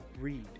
read